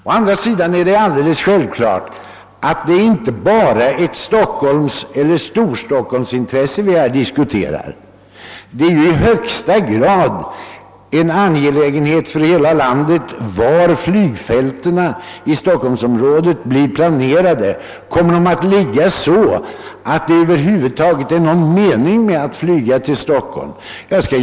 Å andra sidan är det alldeles självklart att det inte bara är ett storstockholmsintresse som vi nu diskuterar. Var man planerar att lägga stockholmsområdets flygfält är ju i högsta grad en angelägenhet för hela landet. Kommer de att ligga så att det över huvud taget är någon mening med att flyga till Stockholm?